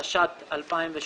התשע"ט-2018.